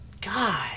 God